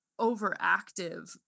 overactive